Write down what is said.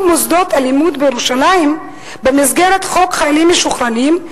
מוסדות הלימוד בירושלים במסגרת חוק חיילים משוחררים,